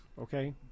Okay